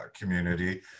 community